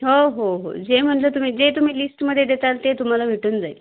हो हो हो जे म्हणलं तुम्ही जे तुम्ही लिस्टमध्ये देताल ते तुम्हाला भेटून जाईल